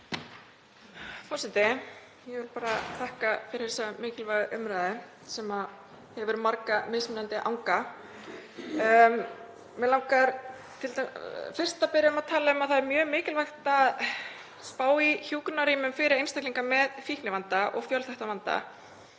Forseti. Ég vil þakka fyrir þessa mikilvægu umræðu sem hefur marga mismunandi anga. Mig langar fyrst að tala um að það er mjög mikilvægt að spá í hjúkrunarrými fyrir einstaklinga með fíknivanda og fjölþættan vanda